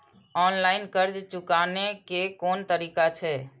Online कर्ज चुकाने के कोन तरीका छै?